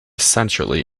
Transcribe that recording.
centrally